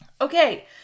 Okay